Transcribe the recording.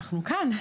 אנחנו כאן.